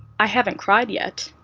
i haven't cried yet.